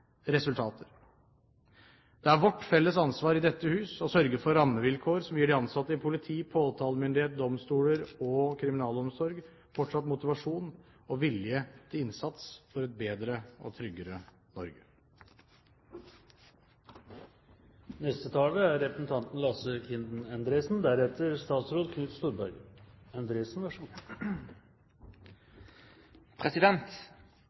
resultater. Det er vårt felles ansvar i dette hus å sørge for rammevilkår som gir de ansatte i politi, påtalemyndighet, domstoler og kriminalomsorg fortsatt motivasjon og vilje til innsats for et bedre og tryggere Norge. Det er